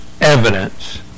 evidence